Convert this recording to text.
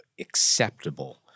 acceptable